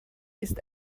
ist